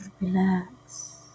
relax